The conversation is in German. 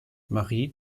marie